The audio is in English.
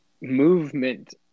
movement